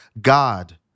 God